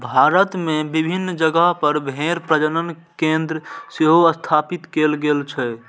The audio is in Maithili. भारत मे विभिन्न जगह पर भेड़ प्रजनन केंद्र सेहो स्थापित कैल गेल छै